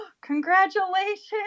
Congratulations